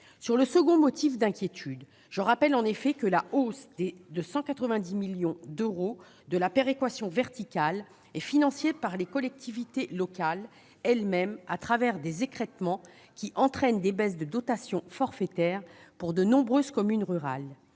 Sur le deuxième motif d'inquiétude, je rappelle que la hausse de 190 millions d'euros de la péréquation verticale est financée par les collectivités locales elles-mêmes, au travers d'écrêtements qui entraînent des baisses de dotation forfaitaire pour de nombreuses communes rurales.